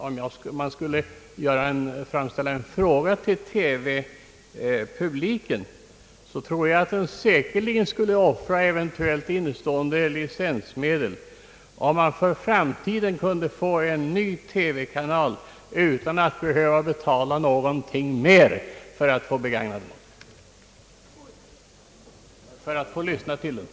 Om man skulle framställa en fråga till TV publiken, tror jag att den säkerligen vore villig att offra eventuellt innestående licensmedel, om den för framtiden kunde få en ny TV-kanal utan att betala någonting mera för att få begagna den.